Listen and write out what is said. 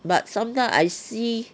but sometimes I see